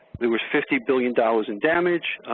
there was fifty billion dollars in damage,